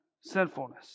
sinfulness